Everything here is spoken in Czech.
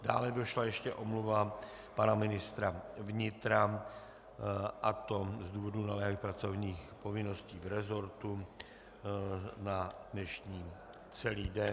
Dále došla ještě omluva pana ministra vnitra, a to z důvodu naléhavých pracovních povinností v rezortu na dnešní celý den.